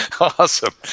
Awesome